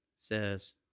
says